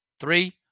Three